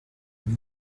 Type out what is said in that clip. être